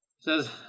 Says